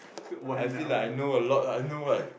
one hour